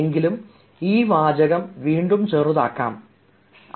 എങ്കിലും ഈ വാചകം വീണ്ടും ചെറുതാക്കാം എന്നതാണ്